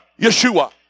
Yeshua